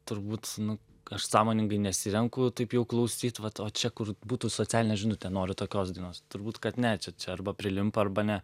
turbūt nu aš sąmoningai nesirenku taip jau klausyt vat o čia kur būtų socialinė žinutė noriu tokios dainos turbūt kad ne čia čia arba prilimpa arba ne